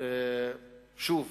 שוב